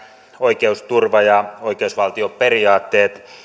oikeusturva ja oikeusvaltioperiaatteet